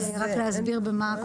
יש 12 תוספות.